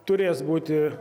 turės būti